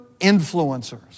influencers